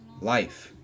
life